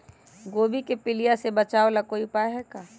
गोभी के पीलिया से बचाव ला कोई उपाय है का?